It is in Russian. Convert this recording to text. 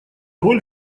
роль